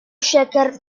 shaker